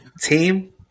Team